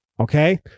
Okay